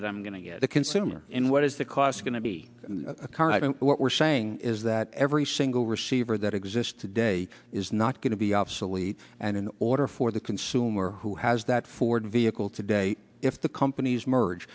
that i'm going to get the consumer in what is the cost going to be a car and what we're saying is that every single receiver that exists today is not going to be obsolete and in order for the consumer who has that ford vehicle today if the companies merge